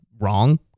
wrong